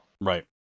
Right